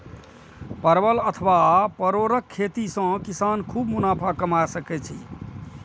परवल अथवा परोरक खेती सं किसान खूब मुनाफा कमा सकै छै